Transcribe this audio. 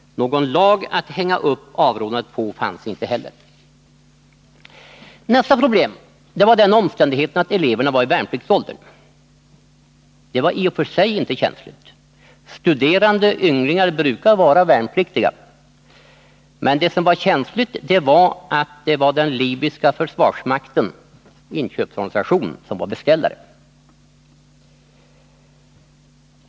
Någon lag att hänga upp avrådandet på fanns inte heller. Nästa problem var den omständigheten att eleverna var i värnpliktsåldern. Det var i och för sig inte känsligt — studerande manliga ungdomar brukar vara värnpliktiga — men det som var känsligt var att det var den libyska försvarsmaktens inköpsorganisation som var beställare.